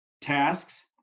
tasks